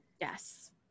Yes